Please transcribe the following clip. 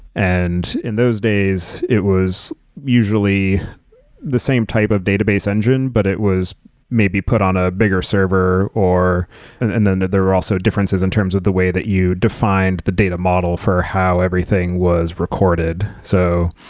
and in those days, it was usually the same type of database engine, but it was maybe put on a bigger server. and then there are also differences in terms of the way that you defined the data model for how everything was recorded. so,